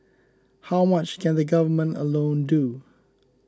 how much can the Government alone do